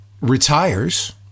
retires